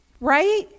Right